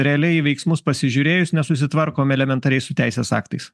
realiai veiksmus pasižiūrėjus nesusitvarkom elementariai su teisės aktais